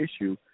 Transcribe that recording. issue